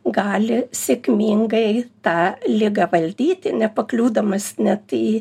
gali sėkmingai tą ligą valdyti nepakliūdamas net į